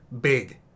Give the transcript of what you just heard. big